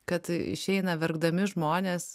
kad išeina verkdami žmonės